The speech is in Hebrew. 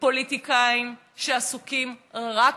פוליטיקאים שעסוקים רק בעצמם,